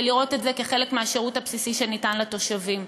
ולראות את זה כחלק מהשירות הבסיסי שניתן לתושבים.